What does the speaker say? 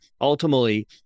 ultimately